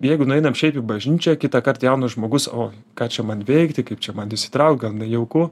jeigu nueinam šiaip į bažnyčią kitąkart jaunas žmogus o ką čia man veikti kaip čia man įsitraukt gal nejauku